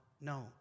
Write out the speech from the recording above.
no